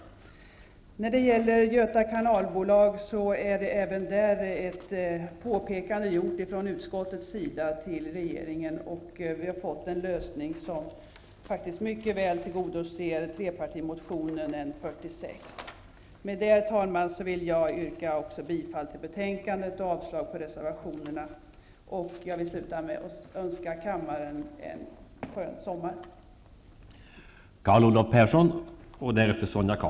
När det gäller Göta kanalbolag har utskottet gjort ett påpekande till regeringen. Vi har uppnått en lösning som mycket väl tillgodoser trepartimotionen N46. Herr talman! Med det anförda vill jag yrka bifall till hemställan i betänkandet och avslag på reservationerna. Sedan vill jag avsluta med att önska kammarens ledamöter en skön sommar.